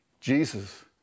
Jesus